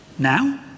Now